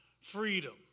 freedom